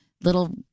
little